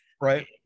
right